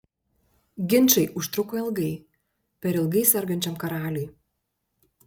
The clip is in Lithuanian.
ginčai užtruko ilgai per ilgai sergančiam karaliui